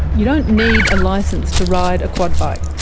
you don't need a license to ride a quad bike.